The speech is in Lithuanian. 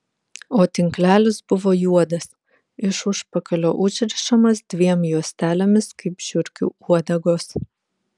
o tinklelis buvo juodas iš užpakalio užrišamas dviem juostelėmis kaip žiurkių uodegos